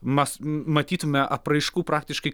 mas matytume apraiškų praktiškai